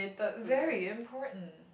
very important